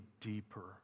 deeper